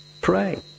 pray